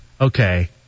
okay